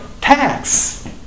tax